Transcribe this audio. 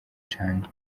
cyane